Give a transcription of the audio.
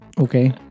Okay